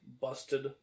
busted